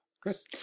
Chris